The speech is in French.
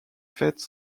faite